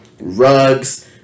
rugs